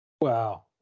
Wow